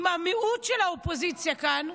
עם המיעוט של האופוזיציה כאן,